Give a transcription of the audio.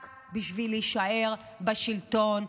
רק בשביל להישאר בשלטון.